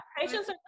Patients